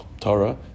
Torah